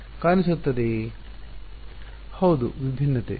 ವಿದ್ಯಾರ್ಥಿ ಹೌದು ಭಿನ್ನತೆ